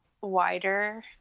wider